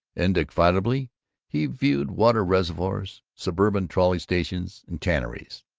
indefatigably he viewed water-reservoirs, suburban trolley-stations, and tanneries.